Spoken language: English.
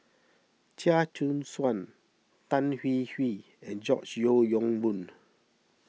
Chia Choo Suan Tan Hwee Hwee and George Yeo Yong Boon